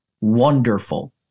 wonderful